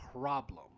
problem